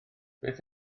beth